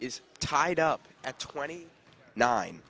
is tied up at twenty nine